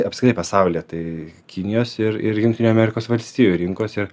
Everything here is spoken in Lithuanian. apskritai pasaulyje tai kinijos ir ir jungtinių amerikos valstijų rinkos ir